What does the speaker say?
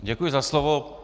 Děkuji za slovo.